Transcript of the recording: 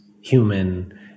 human